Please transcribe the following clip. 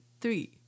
three